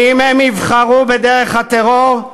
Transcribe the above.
אם הם יבחרו בדרך הטרור,